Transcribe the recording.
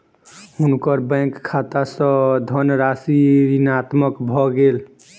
हुनकर बैंक खाता सॅ धनराशि ऋणांकन भ गेल